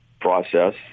process